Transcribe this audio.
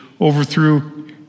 overthrew